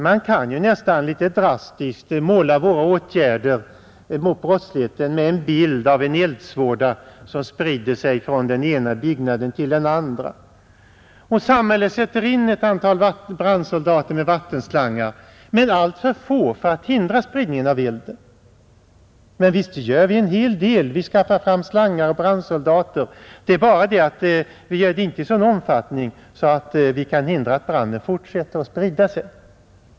Man kan en smula drastiskt illustrera våra åtgärder mot brottsligheten med en bild av en eldsvåda som sprider sig från den ena byggnaden till den andra. Man sätter in ett antal brandsoldater med vattenslangar men alltför få för att hindra spridningen av elden. Visst gör vi en hel del. Vi skaffar fram slangar och brandsoldater. Det är bara det att vi gör det inte i sådan omfattning att vi kan hindra branden från att fortsätta att sprida sig.